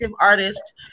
artist